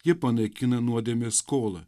ji panaikina nuodėmės skolą